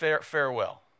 farewell